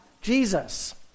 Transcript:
Jesus